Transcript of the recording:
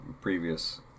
previous